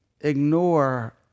ignore